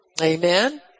Amen